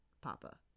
Papa